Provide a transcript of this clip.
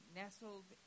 nestled